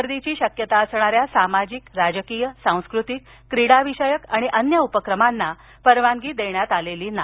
गर्दीची शक्यता असणाऱ्या सामाजिक राजकीय सांस्कृतिक क्रीडाविषयकआणि अन्य उपक्रमांना परवानगी देण्यात आलेली नाही